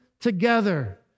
together